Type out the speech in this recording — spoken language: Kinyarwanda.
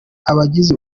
abagize